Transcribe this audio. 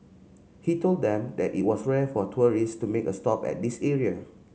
he told them that it was rare for tourist to make a stop at this area